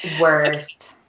worst